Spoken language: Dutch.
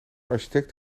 architect